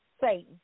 Satan